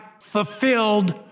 fulfilled